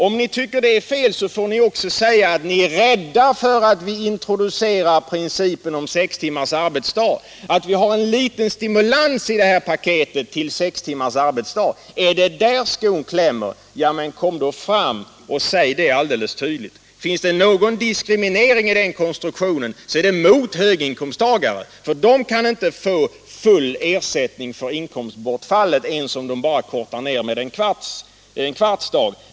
Om ni tycker att detta är fel får ni också säga att ni är rädda för att vi introducerar principen om sextimmarsdagen, att vi har en liten stimulans i det här paketet till sex timmars arbetsdag. Är det där skon klämmer? Ja, men kom då fram och säg det alldeles tydligt. Finns det någon diskriminering i den konstruktionen så är det mot höginkomsttagarna, för de kan inte få full ersättning för inkomstbortfall ens om de bara kortar ner sin arbetsdag med en kvarts dag.